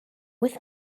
with